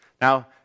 Now